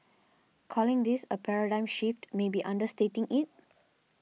calling this a paradigm shift may be understating it